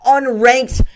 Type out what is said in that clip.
Unranked